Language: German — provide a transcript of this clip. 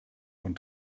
von